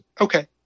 okay